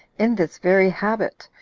in this very habit,